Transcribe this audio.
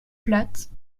plate